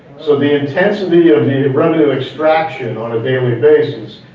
so the intensity of the and random and extraction on a daily basis,